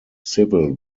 civil